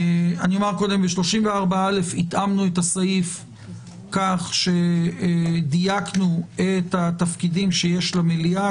ב-34א התאמנו את הסעיף כך שדייקנו את תפקידי המליאה.